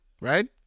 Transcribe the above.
right